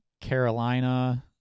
Carolina